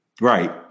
Right